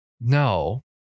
no